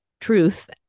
truth